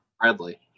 Bradley